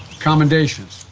accommodations.